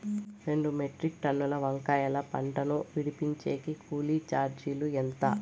రెండు మెట్రిక్ టన్నుల వంకాయల పంట ను విడిపించేకి కూలీ చార్జీలు ఎంత?